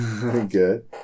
Good